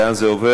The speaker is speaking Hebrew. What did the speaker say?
לאן זה עובר?